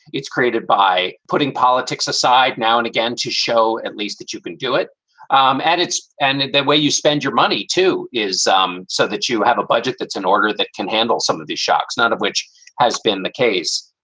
it's created by putting politics aside now and again to show at least that you can do it um at its end. that that way you spend your money, money, too, is um so that you have a budget. that's an order that can handle some of these shocks, none of which has been the case.